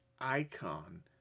icon